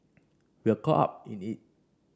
we were caught up in it